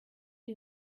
you